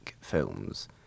films